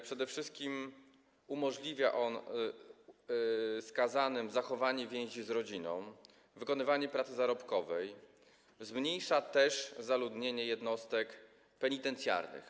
Przede wszystkim umożliwia on skazanym zachowanie więzi z rodziną, wykonywanie pracy zarobkowej, zmniejsza też zaludnienie jednostek penitencjarnych.